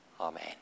Amen